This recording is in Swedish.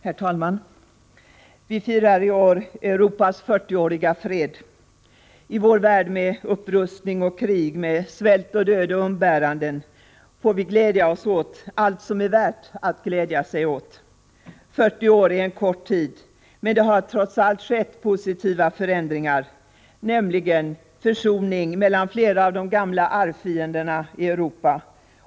Herr talman! Vi firar i år Europas fyrtioåriga fred. I vår värld med upprustning och krig, med svält, död och umbäranden får vi glädja oss åt allt som är värt att glädja sig åt. Fyrtio år är en kort tid. Men det har trots allt skett positiva förändringar, nämligen försoning mellan flera av de gamla arvfienderna i Europa.